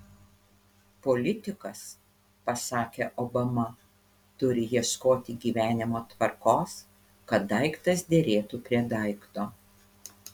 politikas pasakė obama turi ieškoti gyvenimo tvarkos kad daiktas derėtų prie daikto